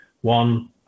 one